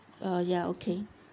uh ya okay